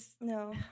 No